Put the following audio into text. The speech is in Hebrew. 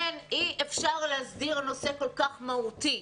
אין, אי אפשר להסדיר נושא כל כך מהותי,